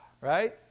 right